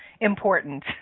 important